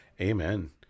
Amen